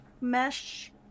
mesh